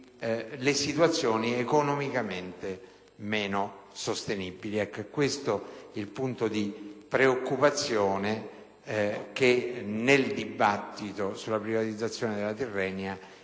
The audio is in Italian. le situazioni economicamente meno sostenibili? Questo è il punto di preoccupazione che è emerso nel dibattito sulla privatizzazione della Tirrenia.